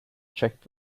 check